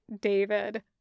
David